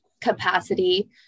capacity